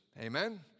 amen